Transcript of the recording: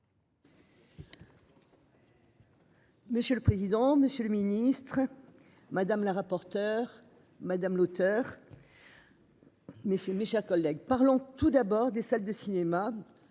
Monsieur le président, Monsieur le Ministre. Madame la rapporteure madame l'auteur. Mais c'est mes chers collègues. Parlons tout d'abord des salles de cinéma.